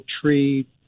tree